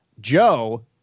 Joe